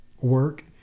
work